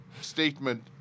statement